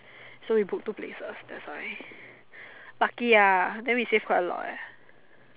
so we book two places that's why lucky ah then we save quite a lot leh